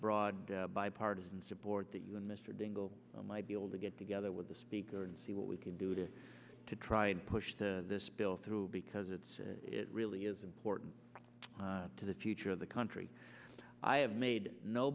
broad bipartisan support that you and mr dingell might be able to get together with the speaker and see what we can do to to try and push the this bill through because it's it really is important to the future of the country i have made no